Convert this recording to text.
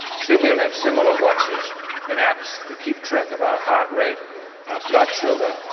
soon we'll have similar watches and apps that keep track of our heart rate, our blood sugar,